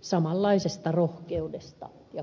samanlaisesta rohkeudesta ja kunnianhimosta